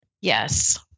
yes